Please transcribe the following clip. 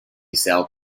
cell